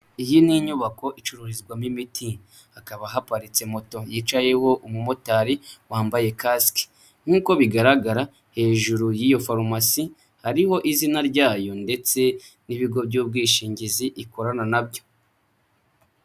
Iyi ni inyubako icururizwamo imiti, hakaba haparitse moto yicayeho umumotari wambaye kasike, nk'uko bigaragara hejuru y'iyo farumasi hariho izina ryayo ndetse n'ibigo by'ubwishingizi ikorana na byo.